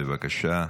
בבקשה.